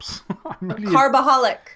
carbaholic